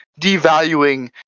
devaluing